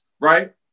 right